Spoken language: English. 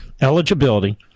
eligibility